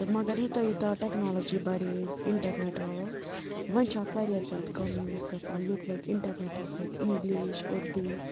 تہٕ مگر یوٗتاہ یوٗتاہ ٹٮ۪کنالجی بَڑے حظ اِنٹرنٮ۪ٹ آو وۄںۍ چھِ اَتھ واریاہ زیادٕ کَم یوٗز گژھان لُکھ لٔگۍ اِنٹرنٮ۪ٹَس سۭتۍ اِنٛگلِش اردوٗ